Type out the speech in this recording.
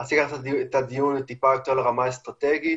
רציתי לקחת את הדיון טיפה יותר לרמה האסטרטגית.